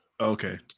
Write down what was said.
okay